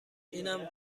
اینم